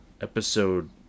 episode